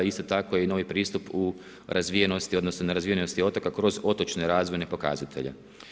Isto tako je i novi pristup u razvijenosti, odnosno nerazvijenosti otoka kroz otočne razvojne pokazatelje.